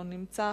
לא נמצא,